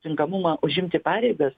tinkamumą užimti pareigas